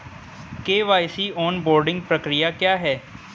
KYC onboarding प्रक्रिया क्या है?